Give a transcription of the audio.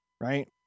right